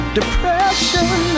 depression